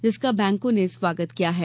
जिसका बैकों ने स्वागत किया है